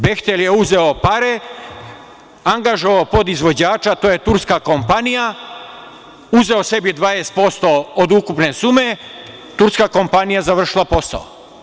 Behtel“ je uzeo pare, angažovao podizvođača, a to je turska kompanija, uzeo sebi 20% od ukupne sume, turska kompanija završila posao.